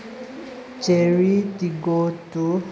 cherry ꯇꯤꯒꯣ two